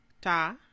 ta